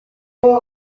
ikigo